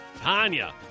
tanya